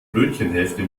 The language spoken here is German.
brötchenhälfte